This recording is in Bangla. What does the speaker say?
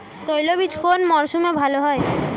তৈলবীজ কোন মরশুমে ভাল হয়?